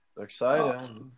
excited